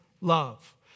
love